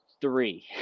three